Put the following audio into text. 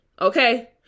Okay